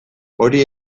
hori